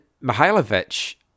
mihailovich